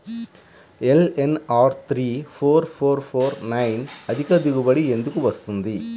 LNR three four four four nine అధిక దిగుబడి ఎందుకు వస్తుంది?